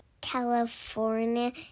California